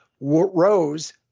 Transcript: Rose